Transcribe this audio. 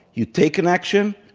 you take an action,